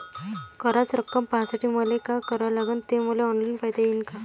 कराच रक्कम पाहासाठी मले का करावं लागन, ते मले ऑनलाईन पायता येईन का?